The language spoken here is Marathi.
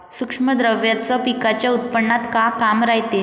सूक्ष्म द्रव्याचं पिकाच्या उत्पन्नात का काम रायते?